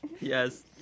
Yes